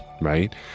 right